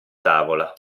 tavola